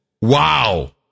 Wow